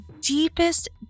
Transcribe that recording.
deepest